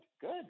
good